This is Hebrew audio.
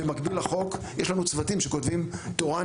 במקביל לחוק יש לנו צוותים שכותבים תורה,